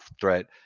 threat